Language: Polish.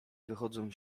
wychodzą